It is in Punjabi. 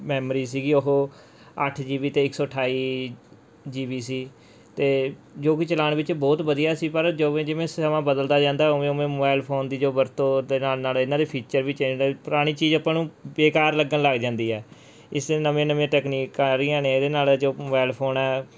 ਮੈਮਰੀ ਸੀਗੀ ਉਹ ਅੱਠ ਜੀ ਬੀ ਅਤੇ ਇੱਕ ਸੌ ਅਠਾਈ ਜੀ ਬੀ ਸੀ ਅਤੇ ਜੋ ਕਿ ਚਲਾਉਣ ਵਿੱਚ ਬਹੁਤ ਵਧੀਆ ਸੀ ਪਰ ਜਿਵੇਂ ਜਿਵੇਂ ਸਮਾਂ ਬਦਲਦਾ ਜਾਂਦਾ ਉਵੇਂ ਉਵੇਂ ਮਬੈਲ ਫੋਨ ਦੀ ਜੋ ਵਰਤੋਂ ਦੇ ਨਾਲ ਨਾਲ ਇਨ੍ਹਾਂ ਦੇ ਫੀਚਰ ਵੀ ਚੇਂਜ ਪੁਰਾਣੀ ਚੀਜ਼ ਆਪਾਂ ਨੂੰ ਬੇਕਾਰ ਲੱਗਣ ਲੱਗ ਜਾਂਦੀ ਹੈ ਇਸਦੇ ਨਵੇਂ ਨਵੇਂ ਟੈਕਨੀਕ ਆ ਰਹੀਆਂ ਨੇ ਇਹਦੇ ਨਾਲ ਜੋ ਮਬੈਲ ਫੋਨ ਹੈ